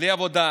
בלי עבודה,